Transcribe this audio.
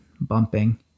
bumping